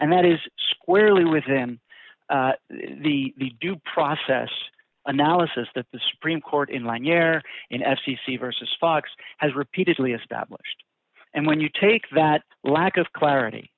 and that is squarely within the due process analysis that the supreme court in one year in f c c versus fox has repeatedly established and when you take that lack of clarity